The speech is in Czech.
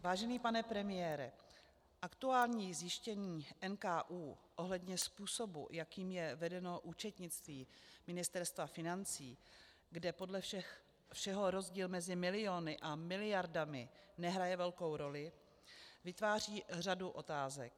Vážený pane premiére, aktuální zjištění NKÚ ohledně způsobu, jakým je vedeno účetnictví Ministerstva financí, kde podle všeho rozdíl mezi miliony a miliardami nehraje velkou roli, vytváří řadu otázek.